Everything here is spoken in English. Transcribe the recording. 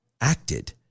acted